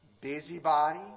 busybody